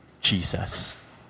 Jesus